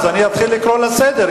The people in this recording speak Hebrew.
אז אני אתחיל לקרוא לסדר,